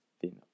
thin